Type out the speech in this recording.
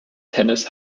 tennis